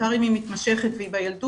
בעיקר אם היא מתמשכת והיא בילדות,